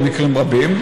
במקרים רבים,